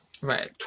Right